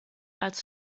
als